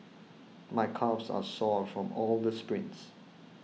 my calves are sore from all the sprints